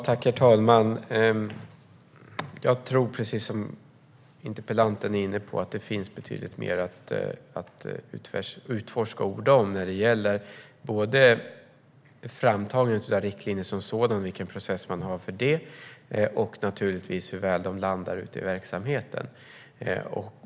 Herr talman! Jag tror, precis som interpellanten, att det finns mycket att utforska när det gäller framtagandet av riktlinjer och hur väl de landar ute i verksamheten.